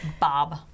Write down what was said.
Bob